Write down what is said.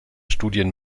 studien